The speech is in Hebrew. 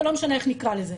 ולא משנה איך נקרא לזה,